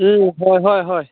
হয় হয় হয়